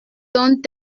donne